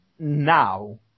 now